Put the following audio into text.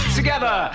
together